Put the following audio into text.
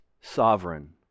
sovereign